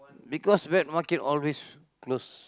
because wet market always close